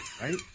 right